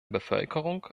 bevölkerung